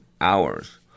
hours